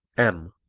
m.